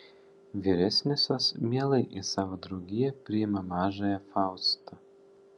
vyresniosios mielai į savo draugiją priima mažąją faustą